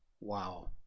Wow